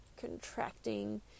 contracting